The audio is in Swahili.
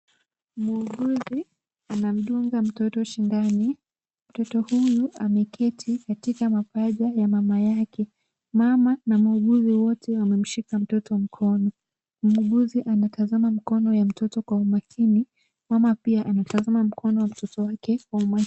Muuguzi anamdunga mtoto sindano. Mtoto huyu ameketi katika mapaja ya mama yake. Mama na muuguzi wote wamemshika mtoto mkono. Muuguzi anatazama mkono ya mtoto kwa umakini, mama pia anatazama mkono wa mtoto wake.